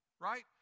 Right